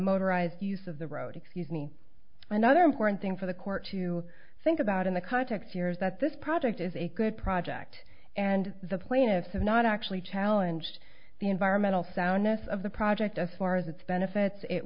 motorized use of the road excuse me another important thing for the court to think about in the context years that this project is a good project and the plaintiffs have not actually challenge the environmental soundness of the project of far as its benefits it